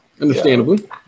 Understandably